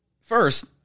First